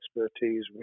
expertise